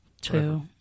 Two